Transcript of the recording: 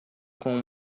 com